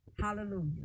Hallelujah